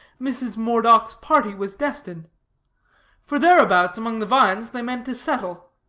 mrs. moredock's party was destined for thereabouts, among the vines, they meant to settle.